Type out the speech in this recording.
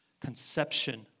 conception